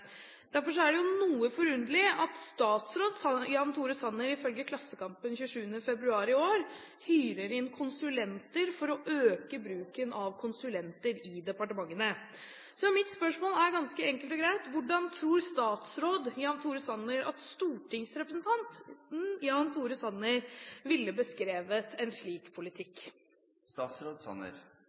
er det noe forunderlig at statsråd Jan Tore Sanner ifølge Klassekampen 27. februar i år hyrer inn konsulenter for å øke bruken av konsulenter i departementene. Så mitt spørsmål er ganske enkelt og greit: Hvordan tror statsråd Jan Tore Sanner at stortingsrepresentant Jan Tore Sanner ville beskrevet en slik politikk? Jeg tror at stortingsrepresentant Sanner